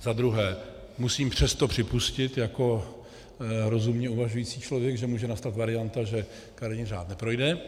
Zadruhé musím přesto připustit jako rozumně uvažující člověk, že může nastat varianta, že kariérní řád neprojde.